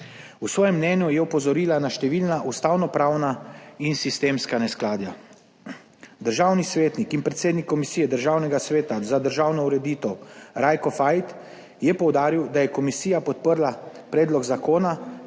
V svojem mnenju je opozorila na številna ustavnopravna in sistemska neskladja. Državni svetnik in predsednik komisije Državnega sveta za državno ureditev Rajko Fajt je poudaril, da je komisija podprla predlog zakona